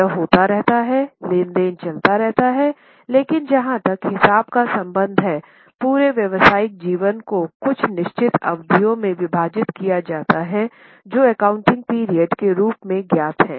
यह होता रहता है लेन देन चलता रहता है लेकिन जहाँ तक हिसाब का संबंध है पूरे व्यावसायिक जीवन को कुछ निश्चित अवधियों में विभाजित किया जाता है जो एकाउंटिंग पीरियड के रूप में ज्ञात हैं